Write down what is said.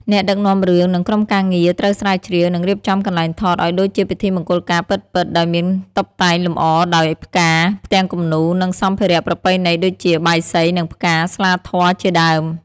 អ្នកដឹកនាំរឿង និងក្រុមការងារត្រូវស្រាវជ្រាវ និងរៀបចំកន្លែងថតឲ្យដូចជាពិធីមង្គលការពិតៗ ដោយមានតុបតែងលំអដោយផ្កា ផ្ទាំងគំនូរ និងសម្ភារៈប្រពៃណីដូចជា បាយសី និង ផ្កា ស្លាធម៌ ជាដើម។